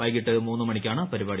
വൈകിട്ട് മൂന്ന് മണിക്കാണ് പരിപാടി